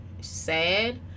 sad